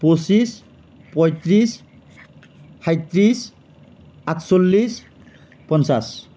পঁচিছ পঁয়ত্ৰিছ সাতত্ৰিছ আঠচল্লিছ পঞ্চাছ